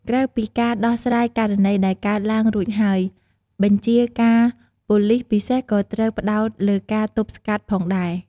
ក្រៅពីការដោះស្រាយករណីដែលកើតឡើងរួចហើយ បញ្ជាការប៉ូលិសពិសេសក៏ត្រូវផ្តោតលើការទប់ស្កាត់ផងដែរ។